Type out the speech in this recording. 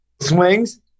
swings